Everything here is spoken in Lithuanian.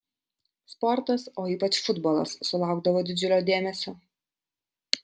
sportas o ypač futbolas sulaukdavo didžiulio dėmesio